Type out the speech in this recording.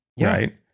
Right